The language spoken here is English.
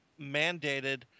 mandated